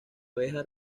abeja